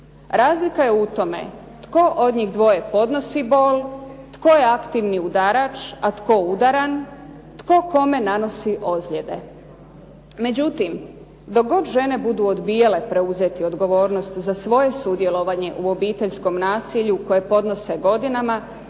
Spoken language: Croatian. Razlika je u tome tko od njih dvoje podnosi bol, tko je aktivni udarač, a tko udaran, tko kome nanosi ozljede. Međutim, dok god žene budu odbijale preuzeti odgovornost za svoje sudjelovanje u obiteljskom nasilju koje podnose godinama